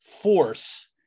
force